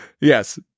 Yes